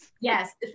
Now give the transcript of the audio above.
Yes